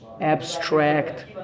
abstract